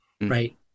right